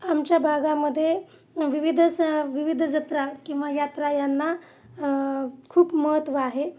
आमच्या भागामध्ये विविध स विविध जत्रा किंवा यात्रा यांना खूप महत्त्व आहे